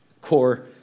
core